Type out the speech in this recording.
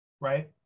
right